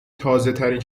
تازهترین